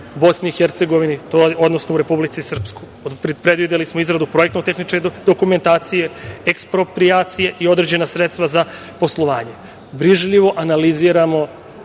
„Trebinje“ u BiH, odnosno u Republici Srpskoj. Predvideli smo izradu projektno-tehničke dokumentacije, eksproprijacije, određena sredstva za poslovanje. Brižljivo analiziramo